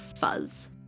fuzz